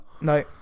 No